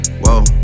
whoa